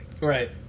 right